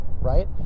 right